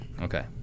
Okay